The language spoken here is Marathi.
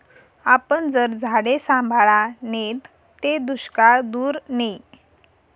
आपन जर झाडे सांभाळा नैत ते दुष्काळ दूर नै